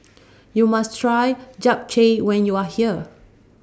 YOU must Try Japchae when YOU Are here